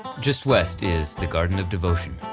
just west is the garden of devotion,